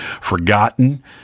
forgotten